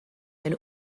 del